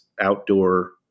outdoor